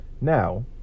now